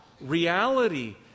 reality